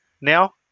now